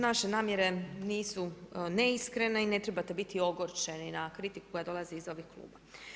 Naše namjere nisu neiskrene i ne trebate biti ogorčeni na kritiku koja dolazi iz ovih klupa.